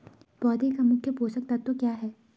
पौधें का मुख्य पोषक तत्व क्या है?